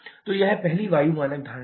तो यह पहली वायु मानक धारणा है